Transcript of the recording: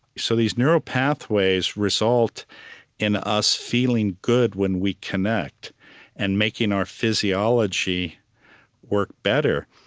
so these neuropathways result in us feeling good when we connect and making our physiology work better.